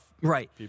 right